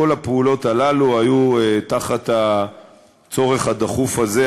כל הפעולות הללו היו תחת הצורך הדחוף הזה,